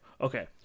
Okay